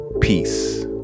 peace